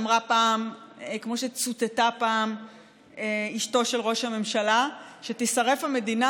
כמו שצוטטה פעם אשתו של ראש הממשלה: שתישרף המדינה,